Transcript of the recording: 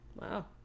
Wow